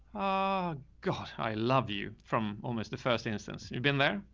oh god, i love you from almost the first instance you've been there.